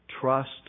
Trust